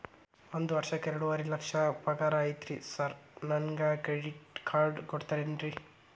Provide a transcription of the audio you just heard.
ಒಂದ್ ವರ್ಷಕ್ಕ ಎರಡುವರಿ ಲಕ್ಷ ಪಗಾರ ಐತ್ರಿ ಸಾರ್ ನನ್ಗ ಕ್ರೆಡಿಟ್ ಕಾರ್ಡ್ ಕೊಡ್ತೇರೆನ್ರಿ?